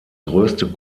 größte